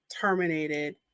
terminated